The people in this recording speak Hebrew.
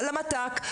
למת"ק,